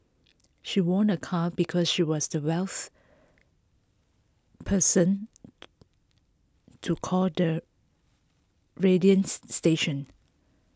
she won A car because she was the wealth person to call the radians station